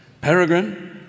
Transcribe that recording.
Peregrine